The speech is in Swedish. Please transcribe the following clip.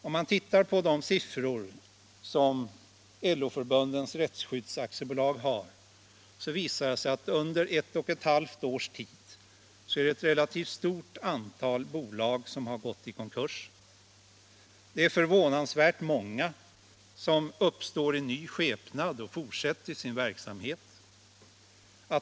Om man tittar på de siffror som LO-Förbundens Rättsskydd AB har, visar det sig att under ett och ett halvt års tid har ett relativt stort antal bolag gått i konkurs. Det är förvånansvärt många som uppstår i ny skepnad och fortsätter sin verksamhet.